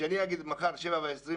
כשאני אגיד מחר 7:19,